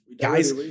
guys